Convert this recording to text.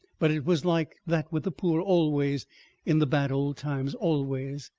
but it was like that with the poor always in the bad old times always.